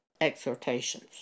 Exhortations